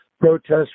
Protests